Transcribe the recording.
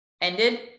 ended